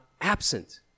absent